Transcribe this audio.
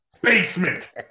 basement